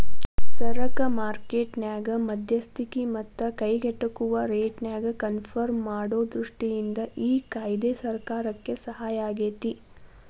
ಸರಕ ಮಾರ್ಕೆಟ್ ನ್ಯಾಗ ಮಧ್ಯಸ್ತಿಕಿ ಮತ್ತ ಕೈಗೆಟುಕುವ ರೇಟ್ನ್ಯಾಗ ಕನ್ಪರ್ಮ್ ಮಾಡೊ ದೃಷ್ಟಿಯಿಂದ ಈ ಕಾಯ್ದೆ ಸರ್ಕಾರಕ್ಕೆ ಸಹಾಯಾಗೇತಿ